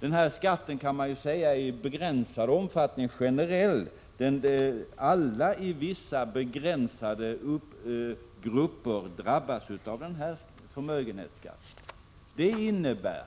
den här skatten kan det sägas att den i begränsad omfattning är generell — dvs. alla som tillhör vissa begränsade grupper drabbas av förmögenhetsskatten.